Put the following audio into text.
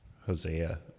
Hosea